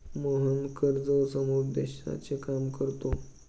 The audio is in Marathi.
मोहन कर्ज समुपदेशनाचे काम करतो